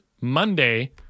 Monday